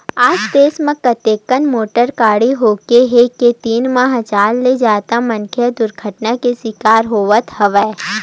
आज देस म अतेकन मोटर गाड़ी होगे हे के दिन म हजार ले जादा मनखे ह दुरघटना के सिकार होवत हवय